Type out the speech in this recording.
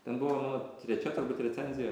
ten buvo mano trečia turbūt recenzija